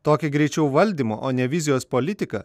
tokią greičiau valdymo o ne vizijos politiką